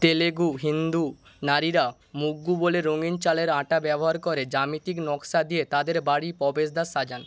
তেলুগু হিন্দু নারীরা মুগ্গু বলে রঙিন চালের আটা ব্যবহার করে জ্যামিতিক নক্শা দিয়ে তাঁদের বাড়ির প্রবেশদ্বার সাজান